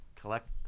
collect